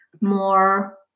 more